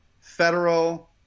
federal